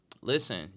Listen